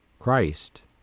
Christ